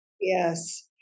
Yes